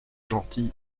gentils